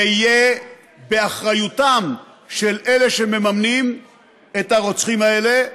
זה יהיה באחריותם של אלה שמממנים את הרוצחים האלה.